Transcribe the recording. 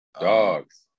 dogs